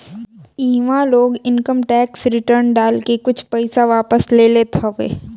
इहवा लोग income tax return डाल के कुछ पईसा वापस ले लेत हवे